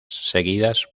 seguidas